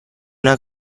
una